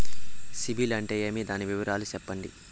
సిబిల్ అంటే ఏమి? దాని వివరాలు సెప్పండి?